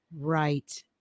Right